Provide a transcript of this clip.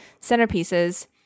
centerpieces